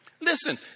Listen